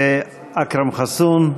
אכרם חסון,